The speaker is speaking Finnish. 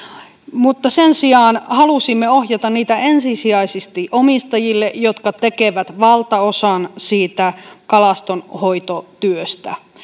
mutta sen sijaan halusimme ohjata niitä ensisijaisesti omistajille jotka tekevät valtaosan kalastonhoitotyöstä